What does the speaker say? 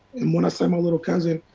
and when i saw my little cousin,